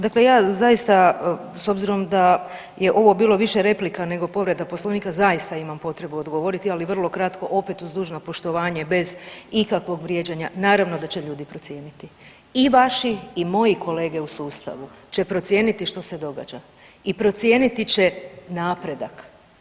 Dakle, ja zaista s obzirom da je ovo bilo više replika nego povreda Poslovnika zaista imam potrebu odgovoriti, ali vrlo kratko opet uz dužno poštovanje bez ikakvog vrijeđanja, naravno da će ljudi procijeniti i vaši moji kolege u sustavu će procijeniti što se događa i procijeniti će napredak.